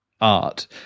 art